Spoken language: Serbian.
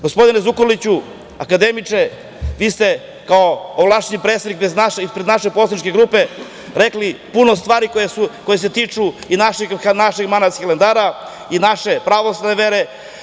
Gospodine Zukorliću, akademiče, vi se kao ovlašćeni predstavnik ispred naše poslaničke grupe rekli puno stvari koje se tiču i našeg manastira Hilandara i naše pravoslavne vere.